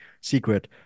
secret